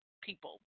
people